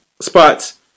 spots